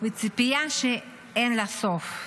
וציפייה שאין לה סוף.